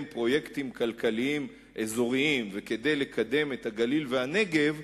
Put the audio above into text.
פרויקטים כלכליים אזוריים וכדי לקדם את הגליל והנגב,